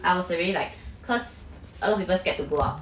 I was already like cause a lot people scared to go out